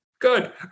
Good